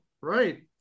Right